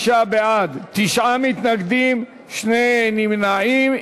55 בעד, תשעה מתנגדים, שני נמנעים.